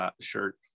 shirt